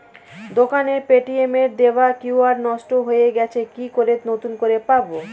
দোকানের পেটিএম এর দেওয়া কিউ.আর নষ্ট হয়ে গেছে কি করে নতুন করে পাবো?